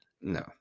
No